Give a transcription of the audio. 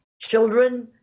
Children